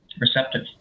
receptive